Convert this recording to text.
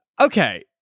okay